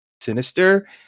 sinister